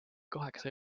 kaheksa